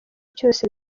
cyose